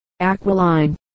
aquiline